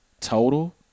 total